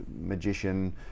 magician